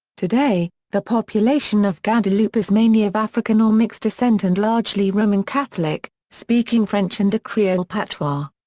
today, the population of guadeloupe is mainly of african or mixed descent and largely roman catholic, speaking french and a creole patois.